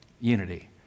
unity